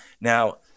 now